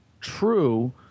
true